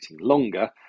longer